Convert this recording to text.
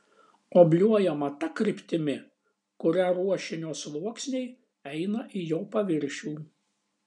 obliuojama ta kryptimi kuria ruošinio sluoksniai eina į jo paviršių